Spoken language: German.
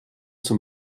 zum